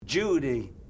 Judy